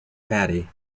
pattie